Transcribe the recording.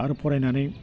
आरो फरायनानै